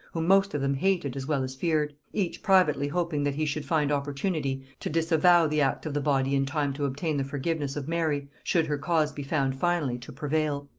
whom most of them hated as well as feared each privately hoping that he should find opportunity to disavow the act of the body in time to obtain the forgiveness of mary, should her cause be found finally to prevail.